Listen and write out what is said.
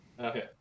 Okay